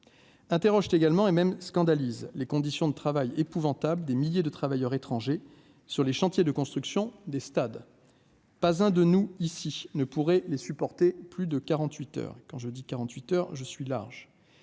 interroge également et même scandalise les conditions de travail épouvantables, des milliers de travailleurs étrangers sur les chantiers de construction des stades. Pas un de nous ici ne pourrait les supporter plus de 48 heures, quand je dis 48 heures je suis large